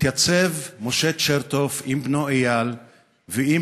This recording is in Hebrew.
התייצב משה צ'רטוף עם בנו אייל ועם